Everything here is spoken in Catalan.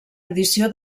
addició